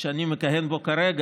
שאני מכהן בו כרגע,